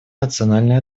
национальной